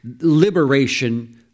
liberation